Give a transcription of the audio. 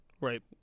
right